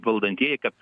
valdantieji kad